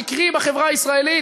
שקרי בחברה הישראלית,